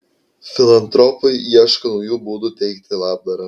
filantropai ieško naujų būdų teikti labdarą